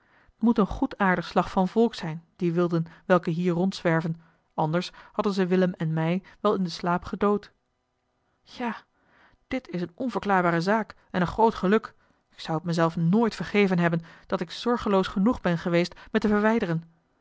moet een goedaardig slag van volk zijn die wilden welke hier rondzwerven anders hadden ze willem en mij wel in den slaap gedood ja dit is een onverklaarbare zaak en een groot geluk ik zou het mezelf nooit vergeven hebben dat ik zorgeloos genoeg ben geweest me te verwijderen